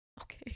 Okay